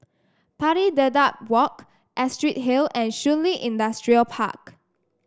Pari Dedap Walk Astrid Hill and Shun Li Industrial Park